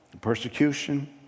Persecution